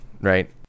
right